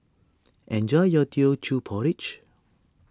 enjoy your Teochew Porridge